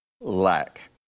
lack